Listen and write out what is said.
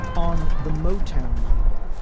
on the motown label,